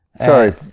Sorry